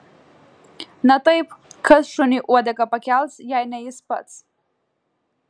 na taip kas šuniui uodegą pakels jei ne jis pats